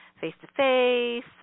face-to-face